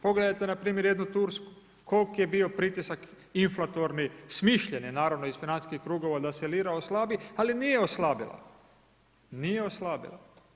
Pogledajte npr. jednu Tursku, koliki je bio pritisak inflatorni, smišljeni naravno iz financijskih krugova da se lira oslabi, ali nije oslabila, nije oslabila.